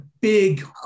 big